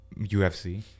UFC